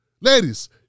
Ladies